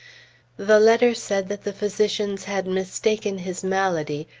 the letter said that the physicians had mistaken his malady,